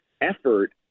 effort